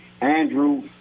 Andrew